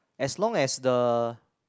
as long as the